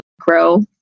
grow